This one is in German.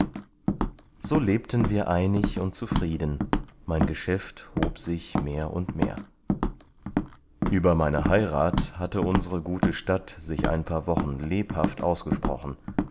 so lebten wir einig und zufrieden mein geschäft hob sich mehr und mehr über meine heirat hatte unsere gute stadt sich ein paar wochen lebhaft ausgesprochen